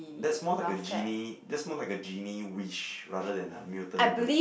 that's more like a genie that's more like a genie wish rather than a mutant ability